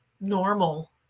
normal